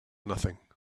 nothing